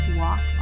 walk